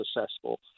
successful